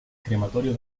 crematorio